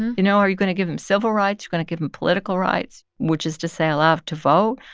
you know, are you going to give them civil rights? you going to give them political rights, which is to say, allow them to vote?